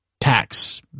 tax